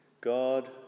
God